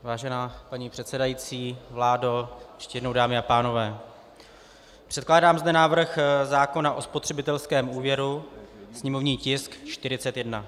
Vážená paní předsedající, vládo, dámy a pánové, předkládám zde návrh zákona o spotřebitelském úvěru, sněmovní tisk č. 41.